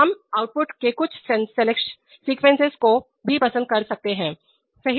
हम आउटपुट के कुछ सीक्वेंसेस को भी पसंद कर सकते हैं सही